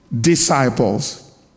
disciples